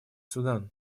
судан